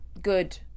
good